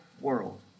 world